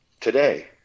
today